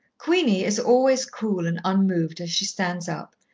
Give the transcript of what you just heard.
queenie is always cool and unmoved as she stands up,